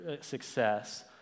success